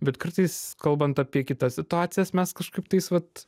bet kartais kalbant apie kitas situacijas mes kažkaip tais vat